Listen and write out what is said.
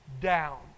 down